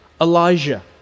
Elijah